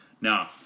Now